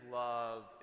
love